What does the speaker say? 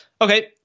okay